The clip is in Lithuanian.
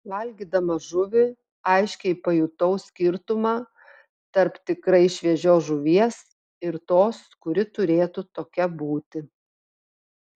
valgydama žuvį aiškiai pajutau skirtumą tarp tikrai šviežios žuvies ir tos kuri turėtų tokia būti